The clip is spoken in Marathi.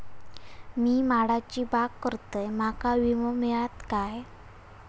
मी माडाची बाग करतंय माका विमो मिळात काय?